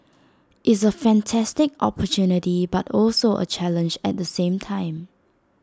it's A fantastic opportunity but also A challenge at the same time